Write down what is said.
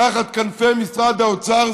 תחת כנפי משרד האוצר,